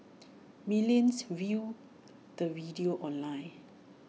millions viewed the video online